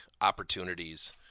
opportunities